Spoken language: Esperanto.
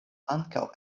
ankaŭ